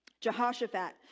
Jehoshaphat